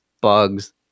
bugs